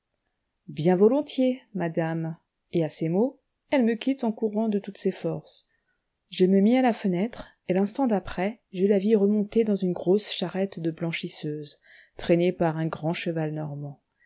bien volontiers madame et à ces mots elle me quitte en courant de toutes ses forces je me mis à la fenêtre et l'instant d'après je la vis remonter dans une grosse charrette de blanchisseuse traînée par un grand cheval normand